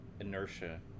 inertia